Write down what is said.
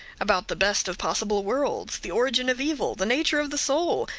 about the best of possible worlds, the origin of evil, the nature of the soul,